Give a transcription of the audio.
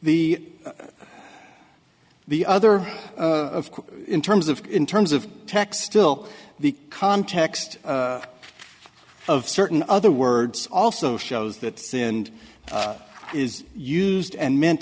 the the other in terms of in terms of text till the context of certain other words also shows that sindh is used and meant